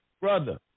Brother